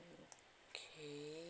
okay